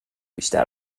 بیشتر